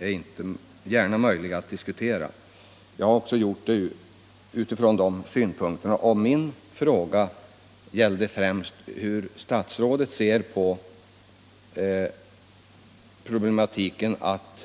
Min fråga gällde främst om statsrådet anser att